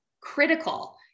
critical